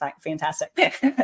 fantastic